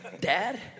dad